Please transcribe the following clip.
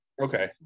Okay